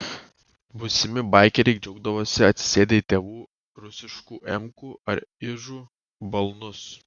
būsimi baikeriai džiaugdavosi atsisėdę į tėvų rusiškų emkų ar ižų balnus